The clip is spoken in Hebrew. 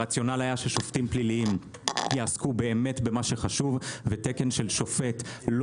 הרציונל היה ששופטים פליליים יעסקו באמת במה שחשוב ותקן של שופט לא